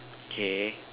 K